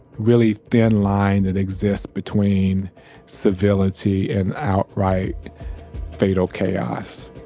really thin line that exists between civility and outright fatal chaos